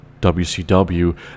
WCW